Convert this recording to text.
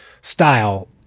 style